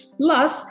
plus